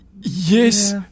Yes